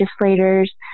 legislators